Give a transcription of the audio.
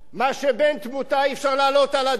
אי-אפשר להעלות על הדעת שהם עברו את זה,